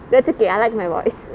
that's okay I like my voice